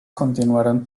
continuaron